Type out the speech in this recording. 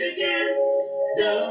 no